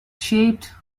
shaped